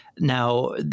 Now